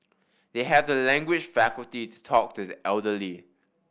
they have the language faculty to talk to the elderly